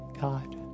God